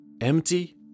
empty